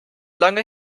lange